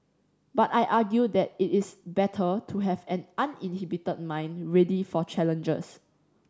but I argue that it is better to have an uninhibited mind ready for challenges